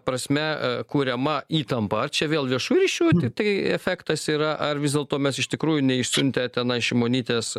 prasme kuriama įtampa čia vėl viešųjų ryšių tai efektas yra ar vis dėlto mes iš tikrųjų neišsiuntę tenai šimonytės